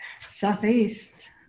southeast